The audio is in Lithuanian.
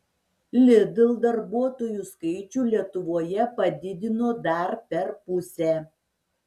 lidl darbuotojų skaičių lietuvoje padidino dar per pusę